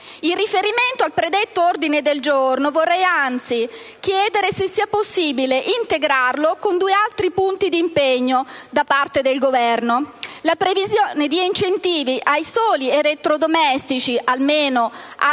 In riferimento al predetto ordine del giorno, vorrei, anzi, chiedere se sia possibile integrarlo con due altri punti d'impegno da parte del Governo: la previsione di incentivi ai soli elettrodomestici almeno A+